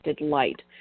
light